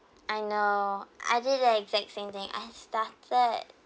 I know I did the exact same thing I started